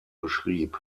beschrieb